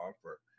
offer